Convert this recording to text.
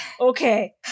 Okay